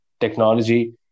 technology